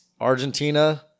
Argentina